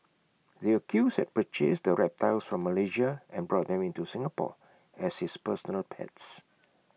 the accused had purchased the reptiles from Malaysia and brought them into Singapore as his personal pets